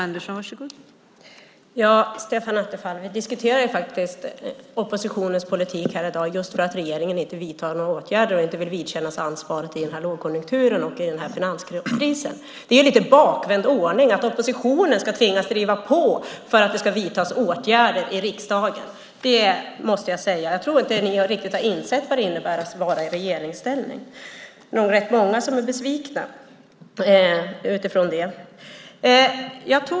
Fru talman! Vi diskuterar oppositionens politik i dag just för att regeringen inte vidtar några åtgärder och inte vill vidkännas ansvaret i lågkonjunkturen och finanskrisen. Det är lite bakvänd ordning att oppositionen ska tvingas driva på för att det ska vidtas åtgärder. Jag tror inte att ni riktigt har insett vad det innebär att vara i regeringsställning. Det är nog rätt många som är besvikna över det.